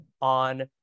on